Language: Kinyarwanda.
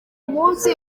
umunsi